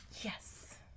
Yes